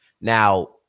Now